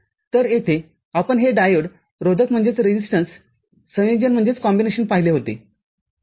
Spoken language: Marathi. तर तेथे आपण हे डायोड रोधक संयोजन पाहिले होते बरोबर